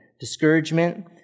discouragement